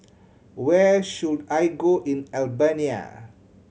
where should I go in Albania